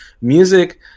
Music